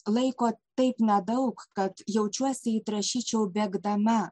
laiko taip nedaug kad jaučiuosi it rašyčiau bėgdama